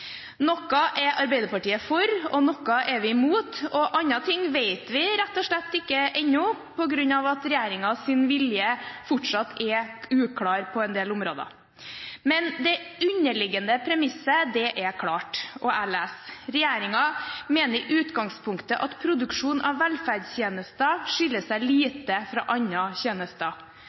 Noe er Arbeiderpartiet for, og noe er vi imot, og andre ting vet vi rett og slett ikke ennå, fordi regjeringens vilje fortsatt er uklar på en del områder. Men det underliggende premisset er klart: «Regjeringen mener i utgangspunktet at produksjonen av velferdstjenester skiller seg lite fra andre tjenester.»